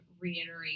reiterate